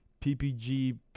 PPG